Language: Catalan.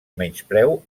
menyspreu